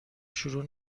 شروع